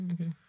Okay